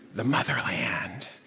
the motherland.